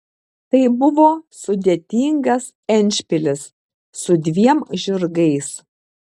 tai buvo sudėtingas endšpilis su dviem žirgais